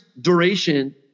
duration